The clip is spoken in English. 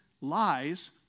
lies